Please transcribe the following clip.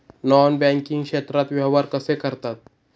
Non banking क्षेत्रात व्यवहार कसे करतात?